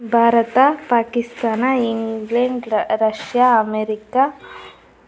Bharat Pakistan England Russia America